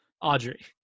Audrey